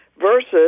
versus